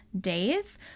days